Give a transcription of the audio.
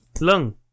Lung